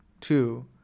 Two